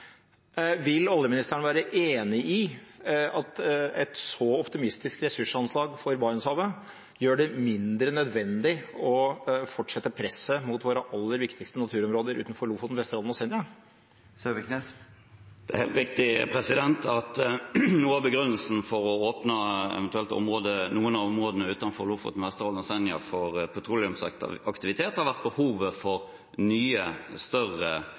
Vil olje- og energiministeren være enig i at et så optimistisk ressursanslag for Barentshavet gjør det mindre nødvendig å fortsette presset mot våre aller viktigste naturområder utenfor Lofoten, Vesterålen og Senja? Det er helt riktig at noe av begrunnelsen for eventuelt å åpne noen av områdene utenfor Lofoten, Vesterålen og Senja for petroleumsaktivitet har vært behovet for nye, større